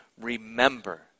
remember